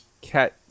Cat